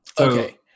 Okay